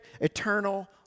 eternal